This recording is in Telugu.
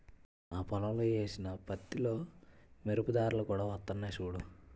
నా పొలంలో ఏసిన పత్తిలో మెరుపు దారాలు కూడా వొత్తన్నయ్ సూడూ